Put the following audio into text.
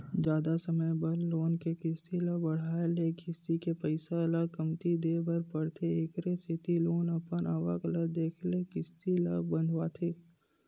जादा समे बर लोन के किस्ती ल बंधाए ले किस्ती के पइसा ल कमती देय बर परथे एखरे सेती लोगन अपन आवक ल देखके किस्ती ल बंधवाथे